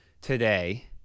today